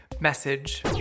Message